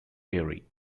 airy